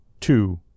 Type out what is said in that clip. two